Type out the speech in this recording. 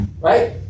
Right